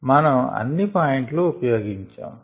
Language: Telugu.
మనం అన్ని పాయింట్లు ఉపయోగించాము